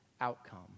outcome